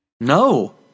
No